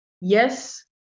yes